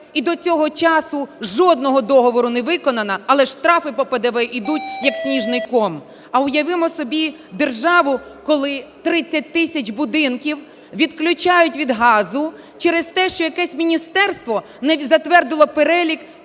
і до цього часу жодного договору не виконано, але штрафи по ПДВ йдуть, як сніжний ком. А уявімо собі державу, коли 30 тисяч будинків відключають від газу через те, що якесь міністерство не затвердило перелік